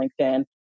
LinkedIn